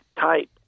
type